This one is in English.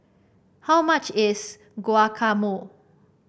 how much is Guacamole